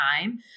time